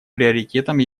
приоритетом